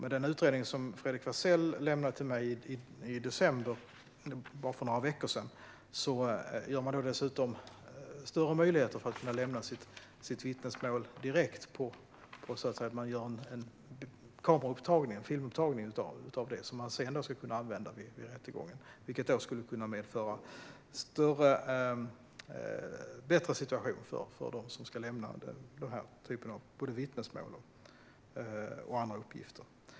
I den utredning som Fredrik Wersäll lämnade till mig nu i december, för bara några veckor sedan, föreslås större möjligheter att lämna vittnesmål direkt - man gör en kameraupptagning som man kan använda vid rättegången, vilket skulle kunna medföra en bättre situation för dem som ska lämna vittnesmål och andra uppgifter.